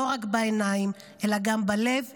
לא רק בעיניים אלא גם בלב ובנפש.